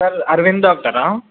sir Arvind డాక్టరా